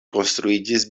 konstruiĝis